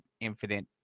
infinite